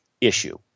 issue